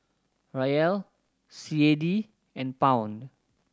Riel C A D and Pound